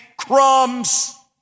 Crumbs